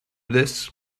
this